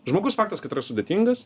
žmogus faktas kad yra sudėtingas